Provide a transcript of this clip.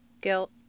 guilt